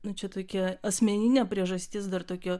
nu čia tokia asmeninė priežastis dar tokio